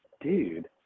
dude